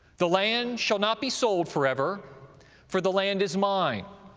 the land shall not be sold forever for the land is mine,